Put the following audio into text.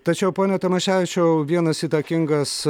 tačiau pone tamaševičiau vienas įtakingas